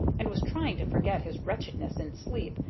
and was trying to forget his wretchedness in sleep,